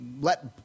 let